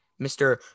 Mr